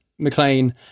McLean